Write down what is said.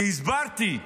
כי הסברתי,